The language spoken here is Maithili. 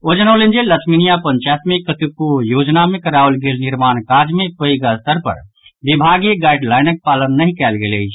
ओ जनौलनि जे लछमीनिया पंचायत मे कतेको योजना मे कराओल गेल निर्माण काज मे पैघ स्तर पर विभागीय गाईड लाइनक पालन नहि कयल गेल अछि